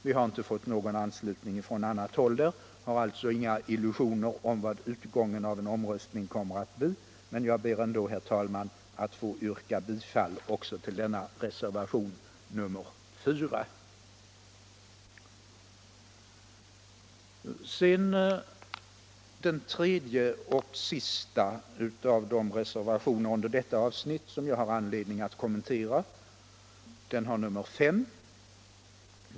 Vi har inte fått någon anslutning från annat håll till den reservationen och har alltså inga illusioner om vad utgången av en omröstning kommer att bli, men jag ber ändå, herr talman, att få yrka bifall till reservationen 4, Den tredje och sista av de reservationer under detta avsnitt som jag har anledning att kommentera har nr 5.